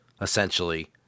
essentially